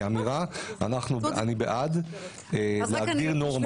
כאמירה אני בעד להגדיר נורמה.